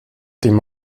dem